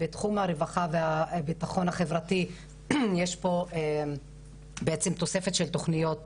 בתחום הרווחה והביטחון החברתי יש פה תוספת של תוכניות